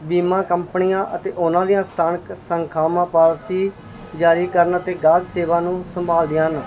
ਬੀਮਾ ਕੰਪਨੀਆਂ ਅਤੇ ਉਹਨਾਂ ਦੀਆਂ ਸਥਾਨਕ ਸੰਖਾਵਾਂ ਪਾਲਸੀ ਜਾਰੀ ਕਰਨ ਅਤੇ ਗਾਹਕ ਸੇਵਾ ਨੂੰ ਸੰਭਾਲਦੀਆਂ ਹਨ